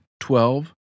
Twelve